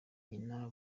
nyina